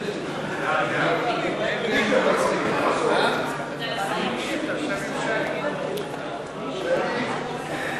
ההסתייגות של חבר הכנסת יעקב ליצמן לסעיף 29 לא נתקבלה.